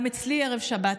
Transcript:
גם אצלי ערב שבת,